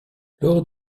lors